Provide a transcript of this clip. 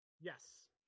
yes